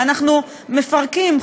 אנחנו מפרקים,